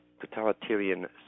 totalitarian